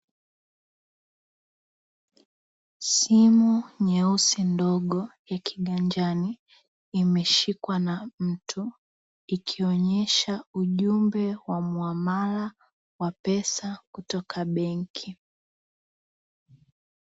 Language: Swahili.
Simu nyeusi ndogo ya kiganjani, imeshikwa na mtu ikionyesha ujumbe wa muamala wa pesa kutoka benki.